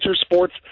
sports